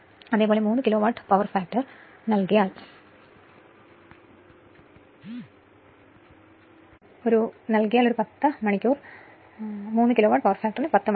അതുപോലെ ഇത് നോക്കുകയാണെങ്കിൽ 3 കിലോവാട്ട് പവർ ഫാക്ടർ നൽകിയാൽ 10 മണിക്കൂർ